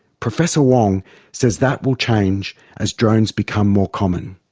professor wong says that will change as drones become more common.